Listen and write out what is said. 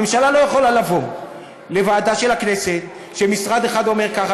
הממשלה לא יכולה לבוא לוועדה של הכנסת כשמשרד אחד אומר ככה,